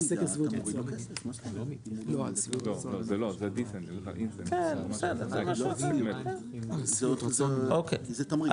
לא בפעם הראשונה הוא שומע את זה ממני